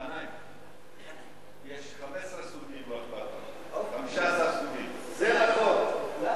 גנאים, יש 15 סוגים, זה נכון.